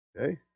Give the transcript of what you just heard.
Okay